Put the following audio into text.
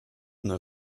nur